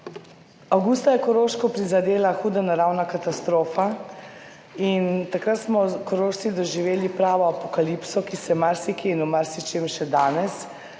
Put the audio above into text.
Avgusta je Koroško prizadela huda naravna katastrofa in takrat smo Korošci doživeli pravo apokalipso, ki marsikje in v marsičem še danes,